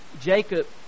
Jacob